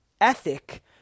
ethic